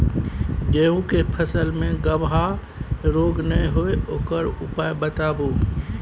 गेहूँ के फसल मे गबहा रोग नय होय ओकर उपाय बताबू?